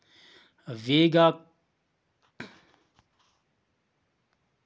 वेगाक्कोलाई गांव काजू के जंगलों और कटहल के पेड़ों से घिरा हुआ है